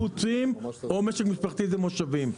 לרוב קיבוצים, או משק משפחתי שזה במושבים.